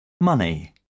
Money